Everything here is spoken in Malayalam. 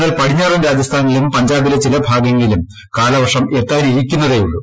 എന്നാൽ പടിഞ്ഞാറൻ രാജസ്ഥാനിലും പഞ്ചാബിലെ ചില ഭാഗങ്ങളിലും കാലവർഷം എത്താനിരിക്കുന്നതേയുള്ളൂ